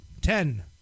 Ten